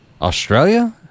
Australia